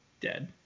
dead